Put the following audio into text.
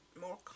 more